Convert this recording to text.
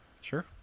Sure